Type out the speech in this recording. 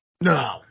no